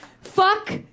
fuck